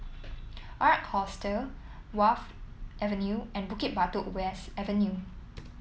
Ark Hostel Wharf Avenue and Bukit Batok West Avenue